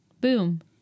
Boom